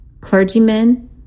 clergymen